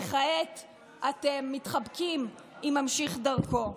וכעם אתה מתחבקים עם ממשיך דרכו.